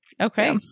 Okay